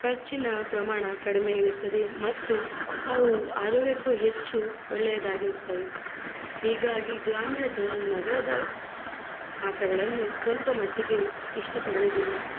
ಖರ್ಚಿನ ಪ್ರಮಾಣ ಕಡಿಮೆ ಇರುತ್ತದೆ ಮತ್ತು ಅವು ಆರೋಗ್ಯಕ್ಕೂ ಹೆಚ್ಚು ಒಳ್ಳೆಯದ್ದಾಗಿರುತ್ತವೆ ಹೀಗಾಗಿ ಗ್ರಾಮೀಣ ಜನರು ನಗರದ ಆಟಗಳನ್ನು ಸ್ವಲ್ಪ ಮಟ್ಟಿಗೆ ಇಷ್ಟ ಪಡುವುದಿಲ್ಲ